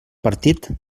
partit